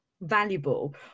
valuable